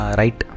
right